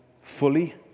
fully